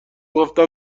گفتم